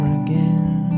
again